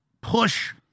push